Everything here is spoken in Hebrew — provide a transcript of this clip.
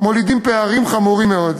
מולידים פערים חמורים מאוד.